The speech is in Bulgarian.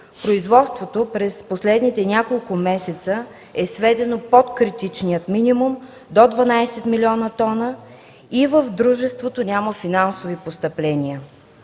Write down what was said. производството през последните няколко месеца е сведено под критичния минимум до 12 млн. тона и в дружеството няма финансови постъпления.